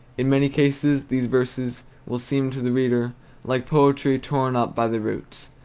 in many cases these verses will seem to the reader like poetry torn up by the roots,